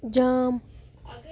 جام